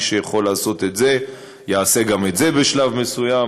מי שיכול לעשות את זה יעשה גם את זה בשלב מסוים,